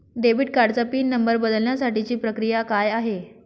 Debit कार्डचा PIN number बदलण्यासाठीची प्रक्रिया काय आहे?